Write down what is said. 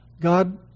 God